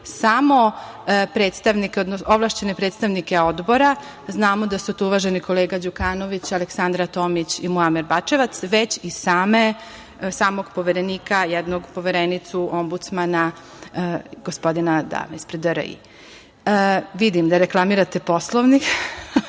samo ovlašćene predstavnike Odbora, znamo da su to uvažene kolege Đukanović, Aleksandra Tomić i Muamer Bačevac, već i samog Poverenika, Poverenicu, ombudsmana, gospodina ispred DRI.Vidim da reklamirate Poslovnik. Izvolite.